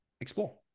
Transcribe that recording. explore